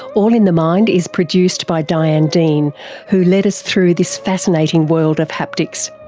all in the mind is produced by diane dean who led us through this fascinating world of haptics.